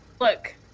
Look